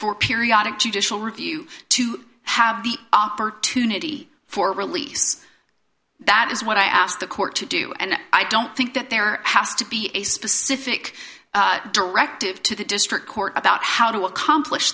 for periodic judicial review to have the opportunity for release that is what i asked the court to do and i don't think that there has to be a specific directive to the district court about how to accomplish